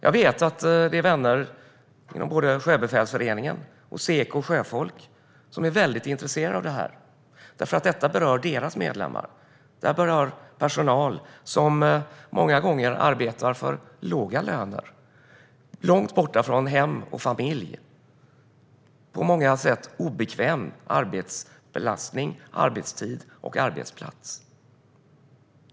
Jag vet att vänner inom både Sjöbefälsföreningen och Seko sjöfolk är väldigt intresserade av detta, eftersom det berör deras medlemmar. Detta berör personal som många gånger arbetar för låga löner, långt bort från hem och familj, med på många sätt obekväm arbetsbelastning, arbetstid och arbetsplats.